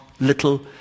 little